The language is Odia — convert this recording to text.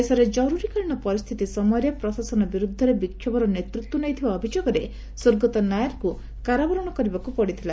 ଦେଶରେ ଜରୁରୀକାଳୀନ ପରିସ୍ଥିତି ସମୟରେ ପ୍ରଶାସନ ବିରୁଦ୍ଧରେ ବିକ୍ଷୋଭର ନେତୃତ୍ୱ ନେଇଥିବା ଅଭିଯୋଗରେ ସ୍ୱର୍ଗତ ନାୟାରଙ୍କୁ କାରାବରଣ କରିବାକୁ ପଡିଥିଲା